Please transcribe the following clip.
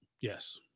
Yes